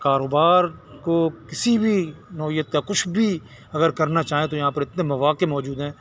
کاروبار کو کسی بھی نوعیت کا کچھ بھی اگر کرنا چاہیں تو یہاں پر اتنے مواقع موجود ہیں